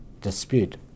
dispute